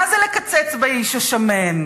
מה זה לקצץ באיש השמן?